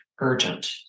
urgent